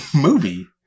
movie